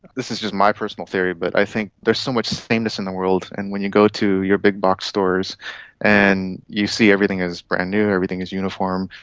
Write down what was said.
this is just my personal theory, but i think there's so much sameness in the world, and when you go to your big-box stores and you see everything as brand-new, everything as uniform,